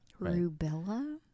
Rubella